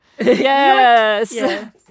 Yes